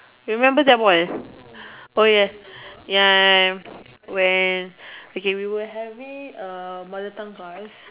remember that one oh yes ya when okay we were having uh mother tongue class